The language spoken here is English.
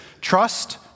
trust